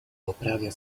poprawia